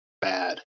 bad